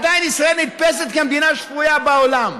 עדיין ישראל נתפסת כמדינה שפויה בעולם.